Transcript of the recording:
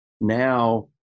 Now